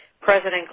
President